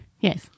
Yes